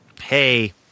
hey